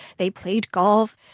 they played golf,